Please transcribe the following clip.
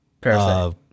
Parasite